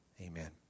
Amen